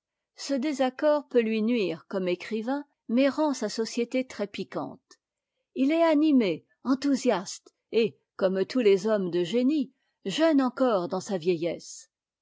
ce désaccord peut lui nuire comme écrivain mais rend sa société très piquante il est animé enthousiaste et eomme tous les hommes de génie jeune encore dans sa vieillesse